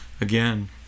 again